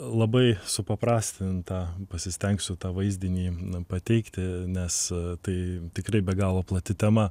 labai supaprastintą pasistengsiu tą vaizdinį pateikti nes tai tikrai be galo plati tema